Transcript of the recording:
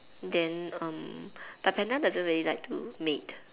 then um but panda doesn't really like to mate